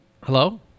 hello